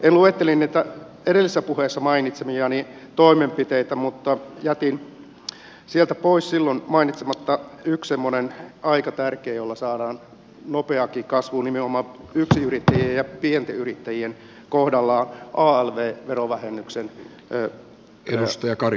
en luettele niitä edellisessä puheessa mainitsemiani toimenpiteitä mutta jätin siinä mainitsematta yhden semmoisen aika tärkeän asian jolla saadaan nopeaakin kasvua nimenomaan yksinyrittäjien ja pienten yrittäjien kohdalla eli alv verovähennyksen alarajan noston